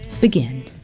begin